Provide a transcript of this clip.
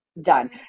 done